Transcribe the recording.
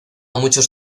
muchos